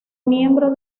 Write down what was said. miembro